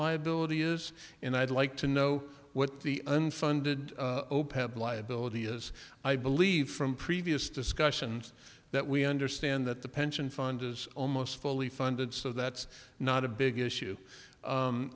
liability is and i'd like to know what the unfunded liability is i believe from previous discussions that we understand that the pension fund is almost fully funded so that's not a big issue